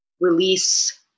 release